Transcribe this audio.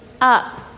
up